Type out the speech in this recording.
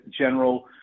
general